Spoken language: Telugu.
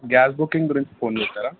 గ్యాస్ బుకింగ్ గురించి ఫోన్ చేసారా